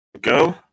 go